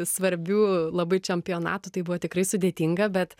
svarbių labai čempionatų tai buvo tikrai sudėtinga bet